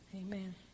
Amen